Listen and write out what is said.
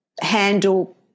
handle